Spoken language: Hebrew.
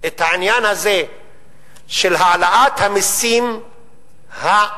את העניין הזה של העלאת המסים העקיפים,